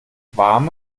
warme